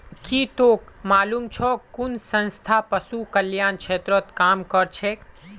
की तोक मालूम छोक कुन संस्था पशु कल्याण क्षेत्रत काम करछेक